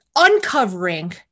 uncovering